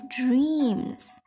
dreams